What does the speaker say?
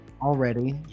already